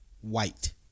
White